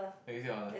but is it honours